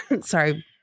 sorry